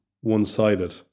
one-sided